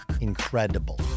incredible